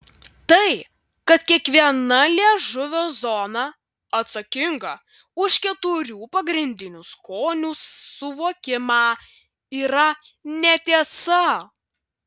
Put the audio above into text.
tai kad kiekviena liežuvio zona atsakinga už keturių pagrindinių skonių suvokimą yra netiesa